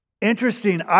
Interesting